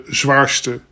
zwaarste